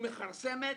ומכרסמת